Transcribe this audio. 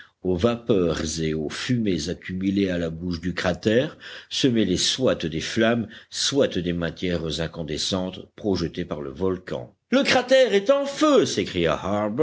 aux vapeurs et aux fumées accumulées à la bouche du cratère se mêlaient soit des flammes soit des matières incandescentes projetées par le volcan le cratère est en feu s'écria